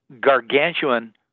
gargantuan